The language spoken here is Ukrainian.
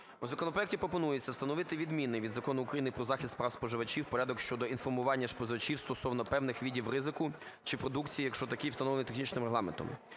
У законопроекті пропонується встановити відмінний від Закону України "Про захист прав споживачів" порядок щодо інформування споживачів стосовно певних видів ризику чи продукції, якщо такий встановлений технічним регламентом.